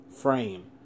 frame